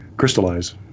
crystallize